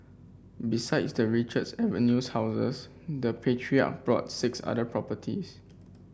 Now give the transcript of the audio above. besides the Richards Avenue houses the patriarch bought six other properties